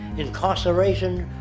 incarceration,